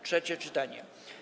Trzecie czytanie.